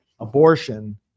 Abortion